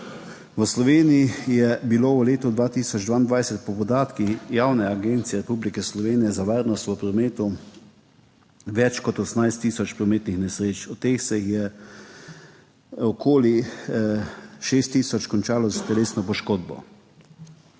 V Sloveniji je bilo v letu 2022 po podatkih Javne agencije Republike Slovenije za varnost prometa več kot 18 tisoč prometnih nesreč, od teh se jih je okoli 6 tisoč končalo s telesno poškodbo,